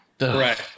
Right